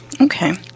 Okay